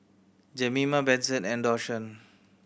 Jemima Benson and Dashawn